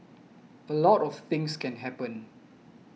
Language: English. a lot of things can happen